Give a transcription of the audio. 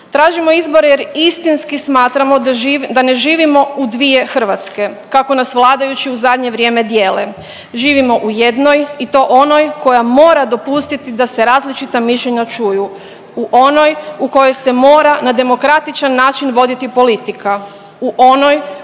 Tražimo izbore jer istinski smatramo da ne živimo u dvije Hrvatske kako nas vladajući u zadnje vrijeme dijele, živimo u jednoj i to onoj koja mora dopustiti da se različita mišljenja čuju, u onoj u kojoj se mora na demokratičan način voditi politika, u onoj